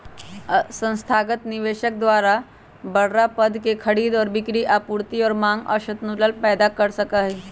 संस्थागत निवेशक द्वारा बडड़ा पद के खरीद और बिक्री आपूर्ति और मांग असंतुलन पैदा कर सका हई